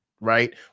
Right